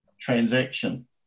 transaction